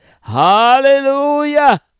hallelujah